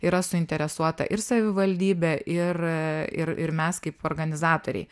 yra suinteresuota ir savivaldybė ir ir ir mes kaip organizatoriai